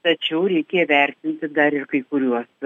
tačiau reikia įvertinti dar ir kai kuriuos